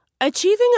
Achieving